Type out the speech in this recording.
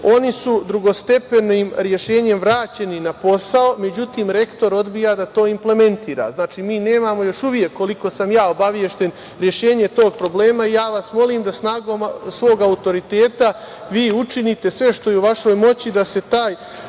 oni su drugostepenim rešenjem vraćeni na posao, međutim rektor odbija da to implementira. Znači, mi nemamo još uvek, koliko sam ja obavešten, rešenje tog problema. Ja vas molim da snagom svog autoriteta vi učinite sve što je u vašoj moći da se ta